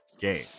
game